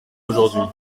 aujourd’hui